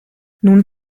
nun